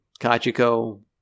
Kachiko